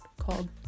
called